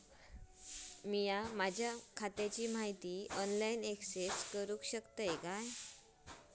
मी माझ्या खात्याची माहिती ऑनलाईन अक्सेस करूक शकतय काय?